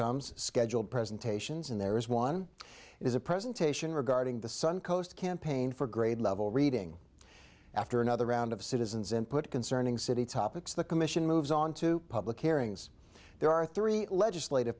comes scheduled presentations and there is one is a presentation regarding the suncoast campaign for grade level reading after another round of citizens input concerning city topics the commission moves on to public hearings there are three legislative